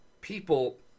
people